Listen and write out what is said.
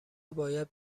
باید